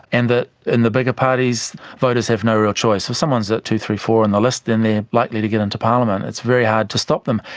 and that in the bigger parties voters have no real choice. so if someone is at two, three, four in the list, then they are likely to get into parliament. it's very hard to stop them.